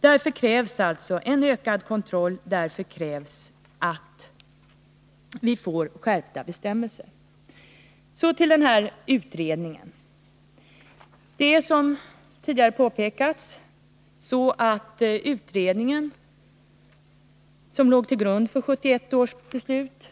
Därför krävs alltså en ökad kontroll — det krävs att vi får skärpta bestämmelser. Som tidigare påpekats var den utredning som låg till grund för 1971 års beslut